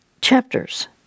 chapters